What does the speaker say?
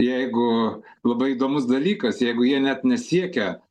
jeigu labai įdomus dalykas jeigu jie net nesiekia